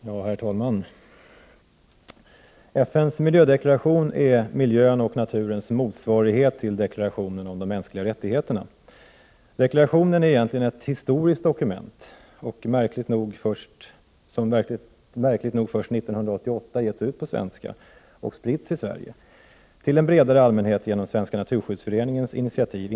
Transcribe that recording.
Sveriges regering har vid olika tillfällen stött grupper och enskilda individer som arbetat för de mänskliga rättigheterna, såsom de utformats i FN:s deklaration om de mänskliga rättigheterna. Dessa uttalanden är värda respekt, och jag hoppas att regeringen fortsätter att ta ställning för grupper och individer som mot nationella lagar arbetar i FN-deklarationens anda. FN:s världsmiljödeklaration är på miljöns och naturens område motsvarighet till deklarationen om de mänskliga rättigheterna. Deklarationen är ett historiskt dokument — som märkligt nog först 1988 getts ut på svenska till en bredare allmänhet på Svenska naturskyddsföreningens initiativ.